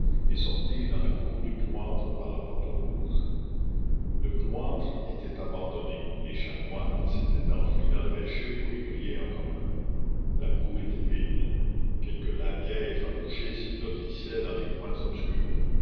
et sortirent dans la cour du cloître par la porte rouge le cloître était abandonné les chanoines s'étaient enfuis dans l'évêché pour y prier en commun la cour était vide quelques laquais effarouchés s'y blottissaient dans les coins obscurs